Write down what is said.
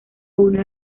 uno